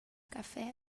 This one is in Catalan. cafè